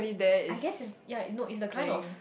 I guess ya no it's a kind of